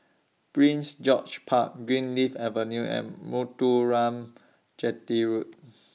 Prince George's Park Greenleaf Avenue and Chetty Road